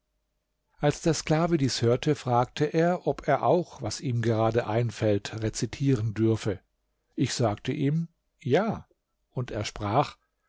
als der sklave dies hörte fragte er ob er auch was ihm gerade einfällt rezitieren dürfe ich sagte ihm ja und er sprach